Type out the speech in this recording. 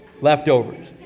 leftovers